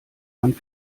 man